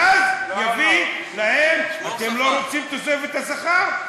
ואז יביא להם: אתם לא רוצים את תוספת השכר?